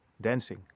dancing